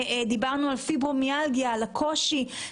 דיברנו על פיברומיאלגיה, על הקושי.